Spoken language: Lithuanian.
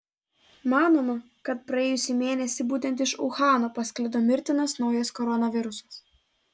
manoma kad praėjusį mėnesį būtent iš uhano pasklido mirtinas naujas koronavirusas